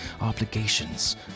obligations